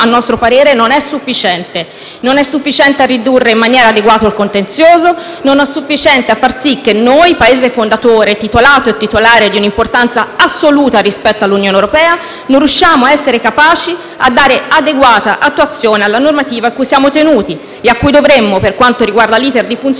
a nostro parere, non sia sufficiente: non è sufficiente a ridurre in maniera adeguata il contenzioso; non è sufficiente a far sì che noi, Paese fondatore, titolato, nonché titolare di un'importanza assoluta rispetto all'Unione europea, non riusciamo ad essere capaci di dare adeguata attuazione alle normative a cui siamo tenuti, e a cui dovremmo, per quanto riguarda l'*iter* di funzionamento,